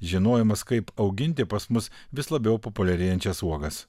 žinojimas kaip auginti pas mus vis labiau populiarėjančias uogas